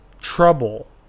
trouble